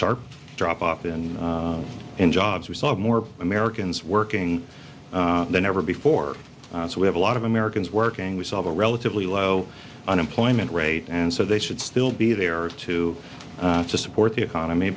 sharp drop off in in jobs we saw more americans working than ever before so we have a lot of americans working we saw a relatively low unemployment rate and so they should still be there to support the economy